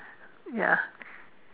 ya